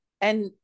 and-